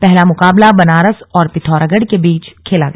पहला मुकाबला बनारस और पिथौरागढ़ के बीच खेला गया